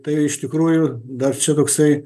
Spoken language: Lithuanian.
tai iš tikrųjų dar čia toksai